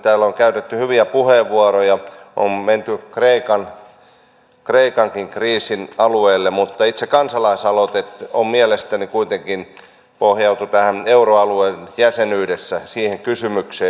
täällä on käytetty hyviä puheenvuoroja on menty kreikankin kriisin alueelle mutta itse kansalaisaloite mielestäni kuitenkin pohjautui tähän euroalueen jäsenyyden kysymykseen